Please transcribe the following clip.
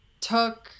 took